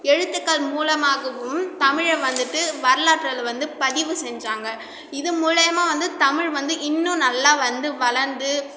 எழுத்துக்கள் மூலமாகவும் தமிழ வந்துவிட்டு வரலாற்றில் வந்து பதிவு செஞ்சாங்க இது மூலையமாக வந்து தமிழ் வந்து இன்னும் நல்லா வந்து வளர்ந்து